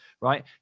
right